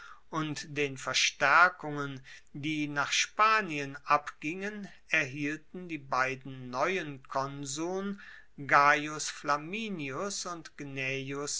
und den verstaerkungen die nach spanien abgingen erhielten die beiden neuen konsuln gaius flaminius und